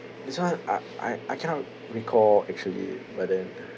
this one I I I cannot recall actually but then